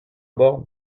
bornes